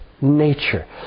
nature